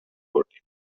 بردیم